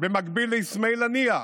במקביל לאסמאעיל הנייה,